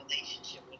relationship